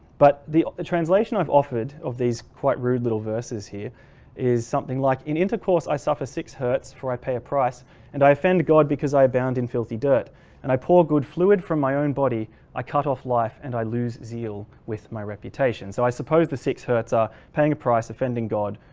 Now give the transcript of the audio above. but the translation i've offered of these quite rude little verses here is something like, in intercourse i suffer six hurts where i pay a price and i offend god because i abound in filthy dirt and i pour good fluid from my own body i cut off life and i lose zeal with my reputation so i suppose the six hurts are paying a price, offending god,